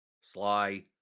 Sly